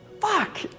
Fuck